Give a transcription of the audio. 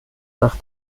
nach